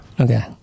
Okay